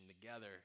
together